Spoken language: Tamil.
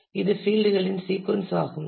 இது பீல்ட்களின் சீக்கொன்ஸ் ஆகும்